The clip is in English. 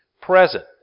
present